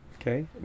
Okay